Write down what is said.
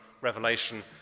Revelation